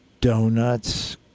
donuts